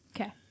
Okay